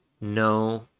no